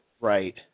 right